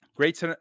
Great